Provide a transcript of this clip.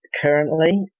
currently